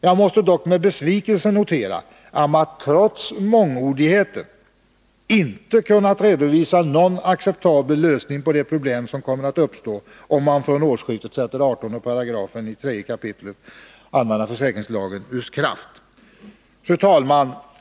Jag måste dock med besvikelse notera att man trots mångordigheten inte kunnat redovisa någon acceptabel lösning på det problem som kommer att uppstå om man från årsskiftet sätter 3 kap. 18 § lagen om allmän försäkring ur kraft. Fru talman!